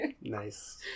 Nice